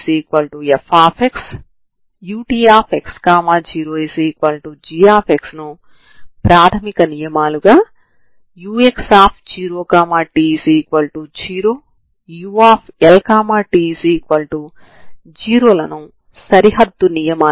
చివరకు మీరు utt c2uxxhxt ని పొందుతారు మరియు ఇది నాన్ హోమోజీనియస్ సమీకరణాన్ని సంతృప్తి పరుస్తుంది సరేనా